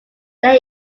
there